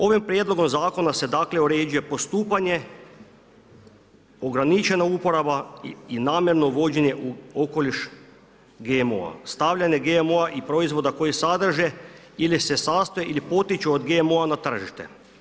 Ovim prijedlogom zakona se dakle uređuje postupanje, ograničena uporaba i namjerno uvođenje u okoliš GMO-a, stavljanje GMO-a i proizvoda koji sadrže ili se sastoji ili potiču od GMO-a na tržište.